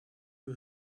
who